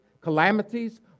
calamities